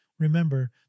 Remember